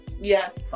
Yes